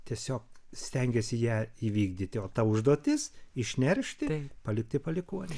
tiesiog stengiasi ją įvykdyti o ta užduotis išneršti palikti palikuonių